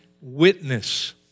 witness